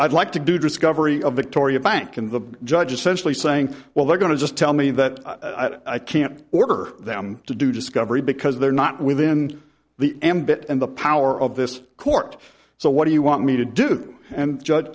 i'd like to do discovery of victoria bank and the judge essentially saying well they're going to just tell me that i can't order them to do discovery because they're not within the ambit and the power of this court so what do you want me to do and judge